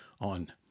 on